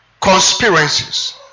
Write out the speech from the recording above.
conspiracies